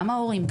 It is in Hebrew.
גם ההורים,